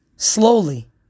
Slowly